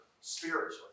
spiritually